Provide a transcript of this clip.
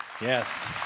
Yes